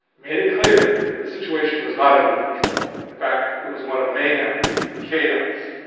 made it clear that the situation was not under control. in fact, it was one of mayhem and chaos.